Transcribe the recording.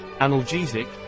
analgesic